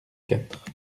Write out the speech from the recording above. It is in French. quatre